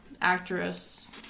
actress